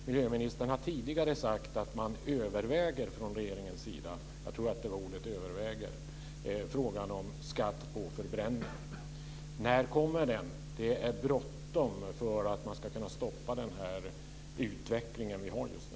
Miljöministern har tidigare sagt att man från regeringens sida överväger - jag tror att han använde ordet överväger - frågan om skatt på förbränning. När kommer den? Det är bråttom om man ska kunna stoppa den utveckling vi har just nu.